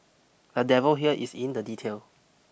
the devil here is in the detail